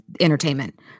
entertainment